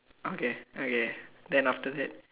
okay okay then after that